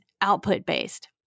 output-based